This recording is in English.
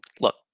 look